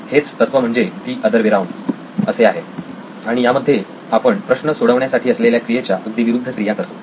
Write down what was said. हेच तत्व म्हणजे "द अदर वे राऊंड" असे आहे आणि यामध्ये आपण प्रश्न सोडवण्यासाठी असलेल्या क्रियेच्या अगदी विरुद्ध क्रिया करतो